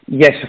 Yes